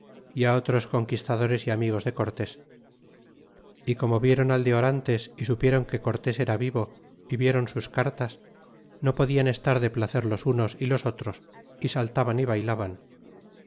y otros conquistadores y amigos de cortés y como viéron al de orantes y suplieron que cortés era vivo y viéron sus cartas no podian estar de placer los unos é los otros y saltaban y baylaban